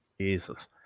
Jesus